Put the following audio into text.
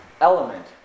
element